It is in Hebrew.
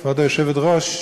כבוד היושבת-ראש,